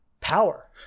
power